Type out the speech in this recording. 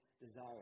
desire